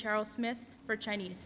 charles smith for chinese